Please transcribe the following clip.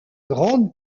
grande